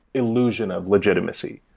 illusion of legitimacy,